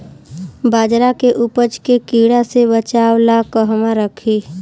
बाजरा के उपज के कीड़ा से बचाव ला कहवा रखीं?